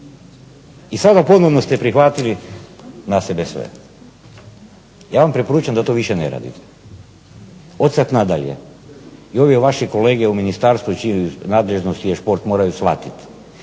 I sada ste ponovno prihvatili na sebe sve. Ja vam preporučam da to više ne radite. Od sada nadalje i ovi vaše kolege u ministarstvu čija je nadležnost sport moraju shvatiti